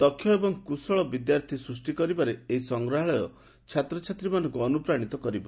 ଦକ୍ଷ ଏବଂ କୁଶଳ ବିଦ୍ୟାର୍ଥୀ ସୃଷି କରିବାରେ ଏହି ସଂଗ୍ରହାଳୟ ଛାତ୍ରଛାତ୍ରୀମାନଙ୍କୁ ଅନୁପ୍ରାଶିତ କରିବ